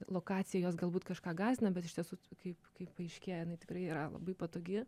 lokacija jos galbūt kažką gąsdina bet iš tiesų kaip kaip paaiškėjo jinai tikrai yra labai patogi